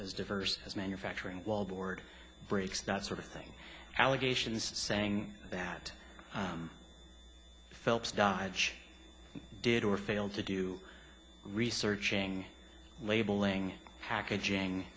as diverse as manufacturing wallboard breaks that sort of thing allegations saying that phelps dodge did or failed to do researching labeling packaging